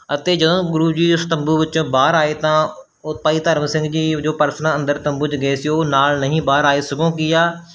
ਅਤੇ ਜਦੋਂ ਗੁਰੂ ਜੀ ਉਸ ਤੰਬੂ ਵਿੱਚੋਂ ਬਾਹਰ ਆਏ ਤਾਂ ਉਹ ਭਾਈ ਧਰਮ ਸਿੰਘ ਜੀ ਜੋ ਪਰਸਨ ਅੰਦਰ ਤੰਬੂ 'ਚ ਗਏ ਸੀ ਉਹ ਨਾਲ ਨਹੀਂ ਬਾਹਰ ਆਏ ਸਗੋਂ ਕੀ ਆ